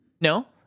no